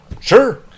Sure